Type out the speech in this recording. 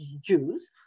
Jews